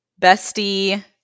bestie